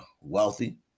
wealthy